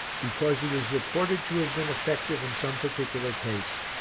because it is reported to have been effective in some particular case.